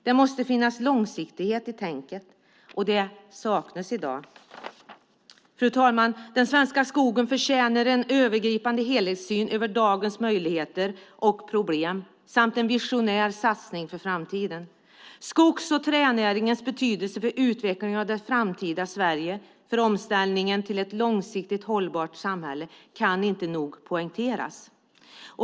Det måste finnas långsiktighet i tänket. Och det saknas i dag. Fru talman! Den svenska skogen förtjänar en övergripande helhetssyn över dagens möjligheter och problem samt en visionär satsning för framtiden. Skogs och tränäringens betydelse för utvecklingen av det framtida Sverige, för omställningen till ett långsiktigt hållbart samhälle, kan inte nog poängteras.